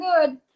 good